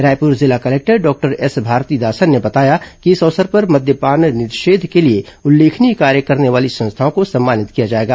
रायपुर जिला collector doctor S Bharathidasan ने बताया कि इस अवसर पर मद्यपान निषेध के लिए उल्लेखनीय कार्य करने वाली संस्थाओं को सम्मानित किया जाएगा